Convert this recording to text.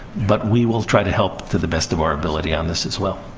but we will try to help to the best of our ability on this, as well.